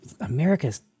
America's